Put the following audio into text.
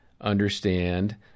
understand